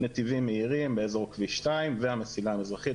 נתיבים מהירים באזור כביש 2 והמסילה המזרחית,